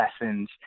lessons